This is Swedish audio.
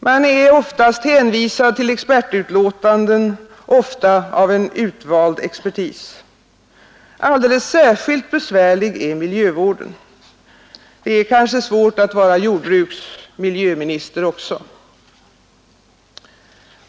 Man är för det mesta hänvisad till expertutlåtanden, ofta av en utvald expertis. Alldeles särskilt besvärlig är miljövården. Det är kanske svårt att vara jordbruksoch miljöminister också?